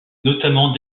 notamment